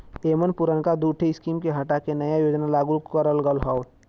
एमन पुरनका दूठे स्कीम के हटा के नया योजना लागू करल गयल हौ